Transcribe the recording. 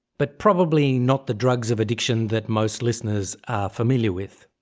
but probably not the drugs of addiction that most listeners are familiar with.